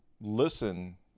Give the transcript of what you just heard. listen